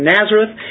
Nazareth